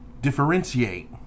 differentiate